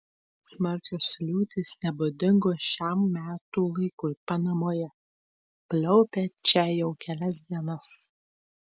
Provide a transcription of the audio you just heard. smarkios liūtys nebūdingos šiam metų laikui panamoje pliaupia čia jau kelias dienas